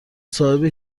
صاحب